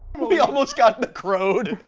we almost got the crowed!